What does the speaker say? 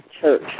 church